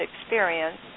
experience